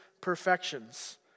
perfections